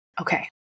Okay